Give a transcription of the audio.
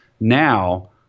now